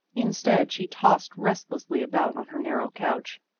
instead she tossed restlessly about on her narrow couch,